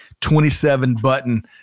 27-button